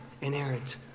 inerrant